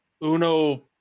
uno